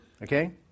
Okay